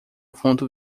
fundo